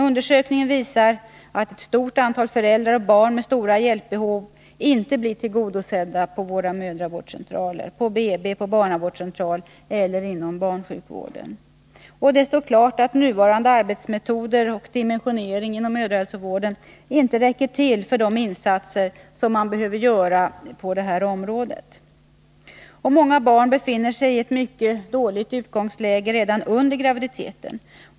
Undersökningen visar att ett stort antal föräldrar och barn med stora hjälpbehov inte blir tillgodosedda på mödravårdscentral, BB, barnavårdscentral eller inom barnsjukvården. Det står klart att nuvarande arbetsmetoder och dimensionering inom mödrahälsovården inte räcker till för de insatser som behöver göras inom detta område. Många barn befinner sig i ett mycket dåligt utgångsläge redan under graviditeten.